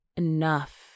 Enough